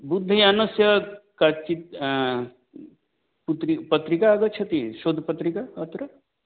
बुद्धयानस्य काचिद् पुत्रि पत्रिका आगच्छति शोधपत्रिका अत्र